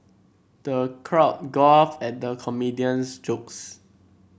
the crowd guffawed at the comedian's jokes